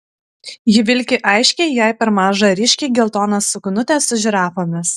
ji vilki aiškiai jai per mažą ryškiai geltoną suknutę su žirafomis